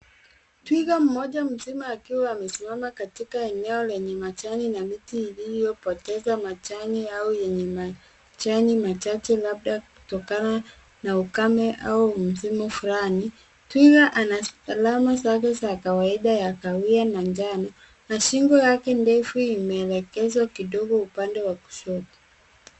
Twiga mmoja mzima akiwa amesimama katika eneo lenye majani na miti iliyopoteza majani au yenye majani machache labda kutokana na ukame au msimu fulani. Twiga ana alama zake za kawaida ya kahawia na njano na shingo yake ndefu imeelekezwa kidogo upande wa kushoto.